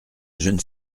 jeune